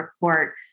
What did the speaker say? report